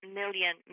million